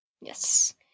Yes